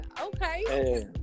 Okay